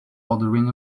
ordering